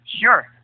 Sure